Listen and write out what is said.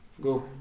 go